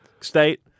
state